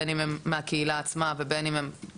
בין אם הם מהקהילה עצמה ובין אם הם Friendly,